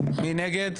מי נגד?